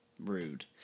rude